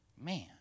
man